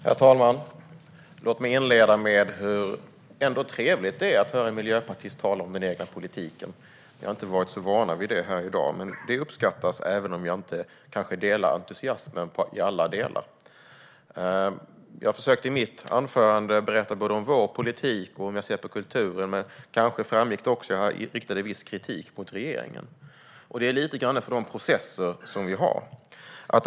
Herr talman! Låt mig inleda med att säga hur trevligt det är att höra en miljöpartist tala om den egna politiken. Vi har inte hört så mycket sådant i dag, men det uppskattas, även om jag kanske inte delar entusiasmen i alla delar. Jag försökte i mitt anförande berätta både om vår politik och hur jag ser på kulturen, men kanske framgick det också att jag riktade en viss kritik mot regeringen. Den handlar lite grann om de processer vi har.